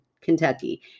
Kentucky